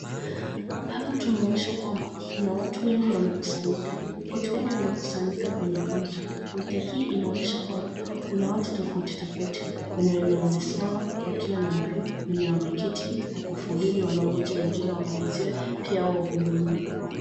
Kuna watu wengi wamekusanyika kwenye counter . Counter hii inaonyesha kwamba kuna watu tofauti tofauti kuna wenye wamesimama wakiwa na barua, wenye wameketi wako foleni wanangoja wengine wamalize wahudumiwe.